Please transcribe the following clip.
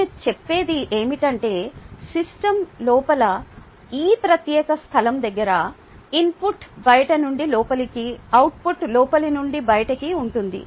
నేను చెప్పేది ఏమిటంటే సిస్టమ్ లోపల ఈ ప్రత్యేక స్థలం దగ్గర ఇన్పుట్ బయటి నుండి లోపలికి అవుట్పుట్ లోపలి నుండి బయటికి ఉంటుంది